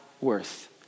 worth